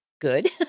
good